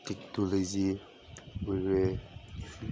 technology ꯑꯣꯏꯔꯦ